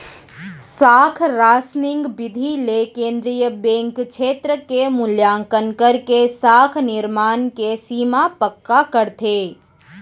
साख रासनिंग बिधि ले केंद्रीय बेंक छेत्र के मुल्याकंन करके साख निरमान के सीमा पक्का करथे